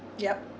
yup